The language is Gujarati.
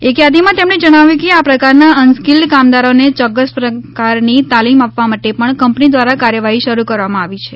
એક યાદીમાં તેમણે જણાવ્યું કે આ પ્રકારના અનસ્કિલ્ડ કામદારોને ચોક્કસ પ્રકારની તાલીમ આપવા માટે પણ કંપની દ્વારા કાર્યવાહી શરૂ કરવામાં આવી છે